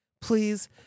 please